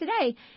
today